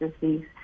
disease